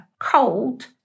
cold